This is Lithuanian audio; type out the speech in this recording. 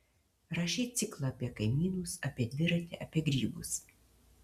rašei ciklą apie kaimynus apie dviratį apie grybus